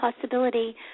possibility